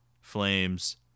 flames